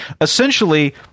essentially